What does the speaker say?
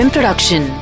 Production